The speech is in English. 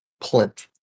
plinth